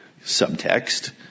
subtext